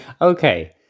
Okay